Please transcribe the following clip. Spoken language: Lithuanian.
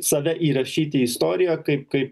save įrašyt į istoriją kaip kai